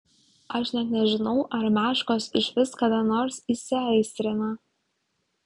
aš net nežinau ar meškos išvis kada nors įsiaistrina